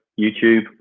youtube